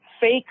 fake